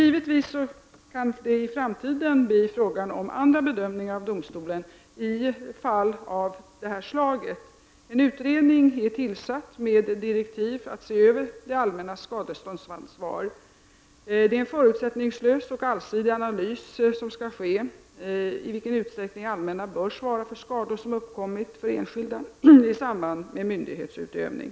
Givetvis kan det i framtiden bli fråga om andra bedömningar av domstolen i fall av detta slag. En utredning är tillsatt med direktiv att se över det allmänna skadeståndsansvaret. Det är en förutsättninglös och allsidig analys som skall göras i frågan om i vilken utsträckning det allmänna bör svara för skador som uppkommit för enskilda i samband med myndighetsutövning.